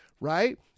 right